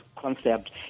concept